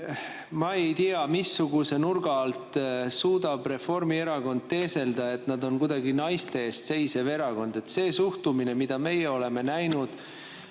Ma ei tea, missuguse nurga alt suudab Reformierakond teeselda, et nad on kuidagi naiste eest seisev erakond. See suhtumine, mida meie oleme näinud